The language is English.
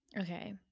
Okay